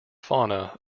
fauna